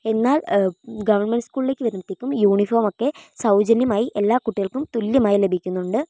എന്നാൽ ഗവൺമെന്റ് സ്കൂളിലേക്ക് വരുമ്പോഴേക്കും യൂണിഫോമൊക്കെ സൗജന്യമായി എല്ലാ കുട്ടികൾക്കും തുല്യമായി ലഭിക്കുന്നുണ്ട്